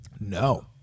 No